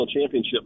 Championship